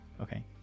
Okay